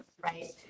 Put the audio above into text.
Right